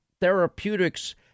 therapeutics